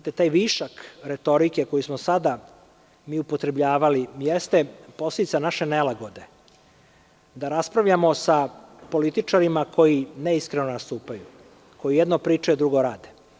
Taj višak retorike koji smo sada mi upotrebljavali jeste posledica naše nelagode da raspravljamo sa političarima koji neiskreno nastupaju, koji jedno pričaju a drugo rade.